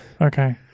Okay